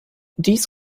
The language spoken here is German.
dies